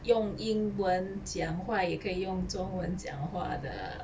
用英文讲话也可以用中文讲话的